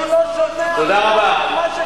אני לא שומע על מה שקורה,